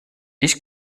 ich